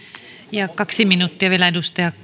ja kaksi minuuttia vielä edustaja